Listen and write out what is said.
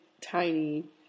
Tiny